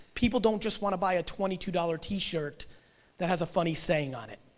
people don't just wanna buy a twenty two dollar t-shirt that has a funny saying on it.